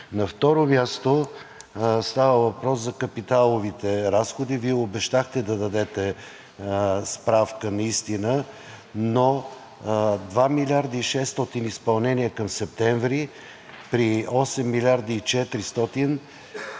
На второ място, става въпрос за капиталовите разходи. Вие обещахте да дадете справка наистина, но 2 млрд. и 600 изпълнение към септември при 8 млрд. и 400,